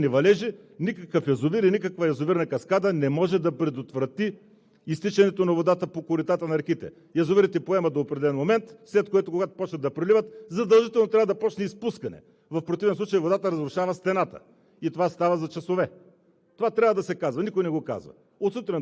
представители на нашето общество, че когато има прекомерни валежи, никакъв язовир и никаква язовирна каскада не може да предотврати изтичането на водата по коритата на реките. Язовирите поемат до определен момент, след което, когато започнат да преливат, задължително трябва да започне изпускане. В противен случай водата разрушава стената